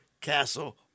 castle